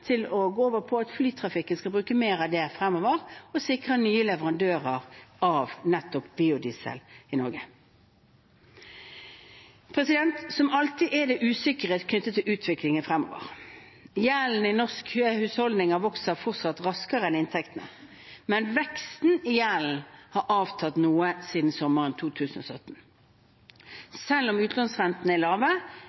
gå over til at flytrafikken skal bruke mer av det fremover, sikrer vi nye leverandører av nettopp biodiesel i Norge. Som alltid er det usikkerhet knyttet til utviklingen fremover. Gjelden i norske husholdninger vokser fortsatt raskere enn inntektene, men veksten i gjelden har avtatt noe siden sommeren 2017.